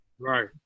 Right